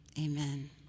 amen